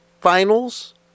finals